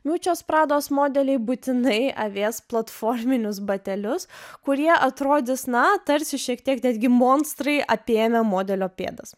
miučios prados modeliai būtinai avės platforminius batelius kurie atrodys na tarsi šiek tiek netgi monstrai apėmę modelio pėdas